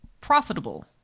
profitable